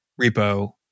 repo